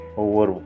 over